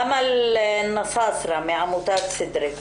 אמל אלנסאסרה, מנהלת עמותת סדרה.